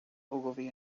ogilvy